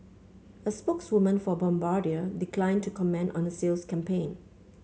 a spokeswoman for Bombardier declined to comment on a sales campaign